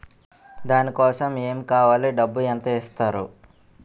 దాని కోసం ఎమ్ కావాలి డబ్బు ఎంత ఇస్తారు?